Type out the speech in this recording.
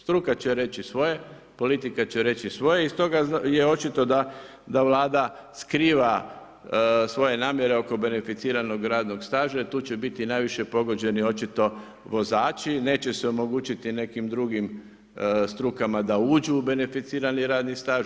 Struka će reći svoje, politika će reći svoje i stoga je očito da Vlada skriva svoje namjere oko beneficiranog radnog staža i tu će biti najviše pogođeni očito vozači, neće se omogućiti nekim drugim strukama da uđu u beneficirani radni staž.